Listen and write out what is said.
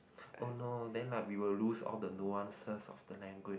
oh no then like we will lose all the nuances of the language